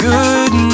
Good